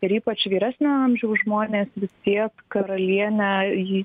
ir ypač vyresnio amžiaus žmonės vis tiek karalienę ji